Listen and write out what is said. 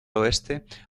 oeste